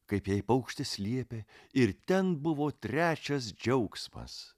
kaip jai paukštis liepė ir ten buvo trečias džiaugsmas